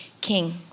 king